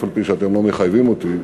אף-על-פי שאתם לא מחייבים אותי,